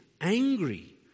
angry